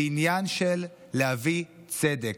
זה עניין של להביא צדק,